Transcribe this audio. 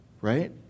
right